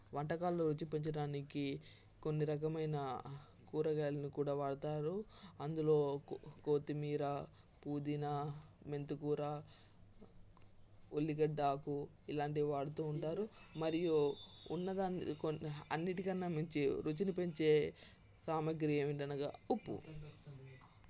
వంటకాలలో రుచి పెంచడానికి కొన్ని రకమైన కూరగాయలను కూడా వాడుతారు అందులో కొ కొత్తిమీర పుదీనా మెంతికూర ఉల్లిగడ్డ ఆకు ఇలాంటివి వాడుతు ఉంటారు మరియు ఉన్నదా కొన్ని అన్నింటి కన్నా మించి రుచిని పెంచే సామాగ్రి ఏమిటి అనగా ఉప్పు